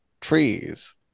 trees